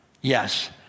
yes